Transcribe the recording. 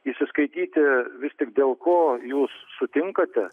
įsiskaityti vis tik dėl ko jūs sutinkate